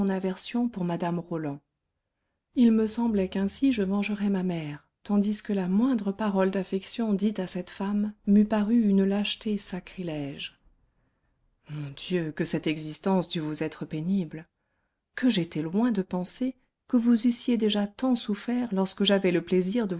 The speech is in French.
aversion pour mme roland il me semblait qu'ainsi je vengerais ma mère tandis que la moindre parole d'affection dite à cette femme m'eût paru une lâcheté sacrilège mon dieu que cette existence dut vous être pénible que j'étais loin de penser que vous eussiez déjà tant souffert lorsque j'avais le plaisir